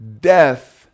death